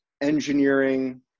engineering